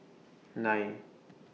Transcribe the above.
nine